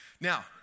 Now